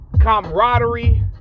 camaraderie